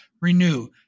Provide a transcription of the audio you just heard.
renew